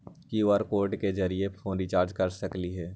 QR code के जरिय phone recharge कर सकली ह?